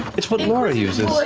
it's what laura uses.